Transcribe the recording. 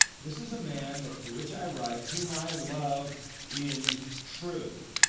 this is a man that to which i write whom i love in truth.